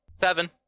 Seven